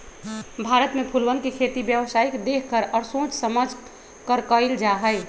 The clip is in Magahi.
भारत में फूलवन के खेती व्यावसायिक देख कर और सोच समझकर कइल जाहई